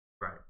Right